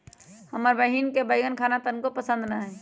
हमर बहिन के बईगन खाना तनको पसंद न हई